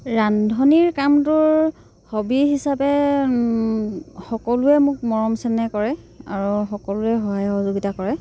ৰান্ধনিৰ কামটো হবী হিচাপে সকলোৱে মোক মৰম চেনেহ কৰে আৰু সকলোৱে সহায় সহযোগিতা কৰে